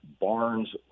Barnes